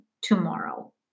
tomorrow